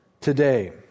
today